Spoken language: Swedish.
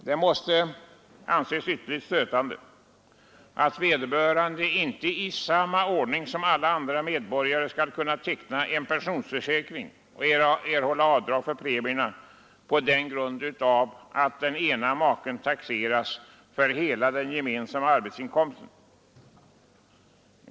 Det måste anses ytterligt stötande att vederbörande inte i samma ordning som alla andra medborgare skall kunna teckna en pensionsförsäkring och få göra avdrag för premierna på grund av att den ene maken taxeras för hela den gemensamma arbetsinkomsten.